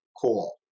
call